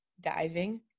diving